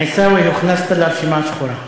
עיסאווי, הוכנסת לרשימה השחורה.